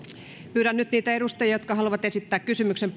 pyydän nyt niitä edustajia jotka haluavat esittää kysymyksen